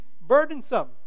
burdensome